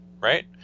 Right